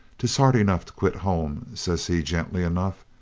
tis hard enough to quit home, says he gently enough.